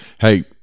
hey